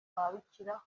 ababikira